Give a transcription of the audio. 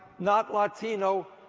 not latino.